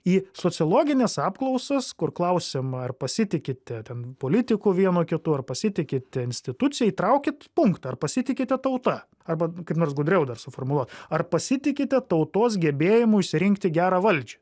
į sociologines apklausas kur klausiama ar pasitikite ten politiku vienu kitu ar pasitikite institucija įtraukit punktą ar pasitikite tauta arba kaip nors gudriau dar suformuluot ar pasitikite tautos gebėjimu išsirinkti gerą valdžią